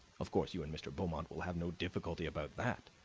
of course you and mr. beaumont will have no difficulty about that.